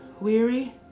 weary